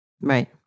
Right